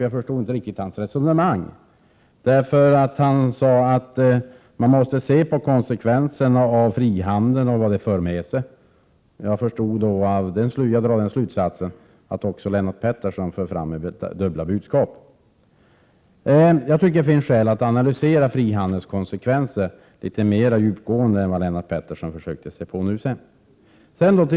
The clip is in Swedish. Jag förstod inte riktigt hans resonemang, för han sade att man måste se på konsekvensernå av frihandeln och vad den för med sig. Av det drar jag den slutsatsen att även Lennart Pettersson för fram dubbla budskap. Jag tycker att det finns skäl att analysera frihandelns konsekvenser litet mer djupgående än vad Lennart Pettersson försökte sig på.